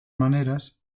maneras